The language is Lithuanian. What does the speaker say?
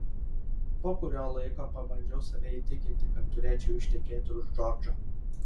po kurio laiko pabandžiau save įtikinti kad turėčiau ištekėti už džordžo